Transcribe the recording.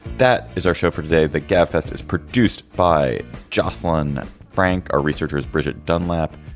that is our show for today. the gab fest is produced by josslyn frank. our researchers, brigitte dunlap.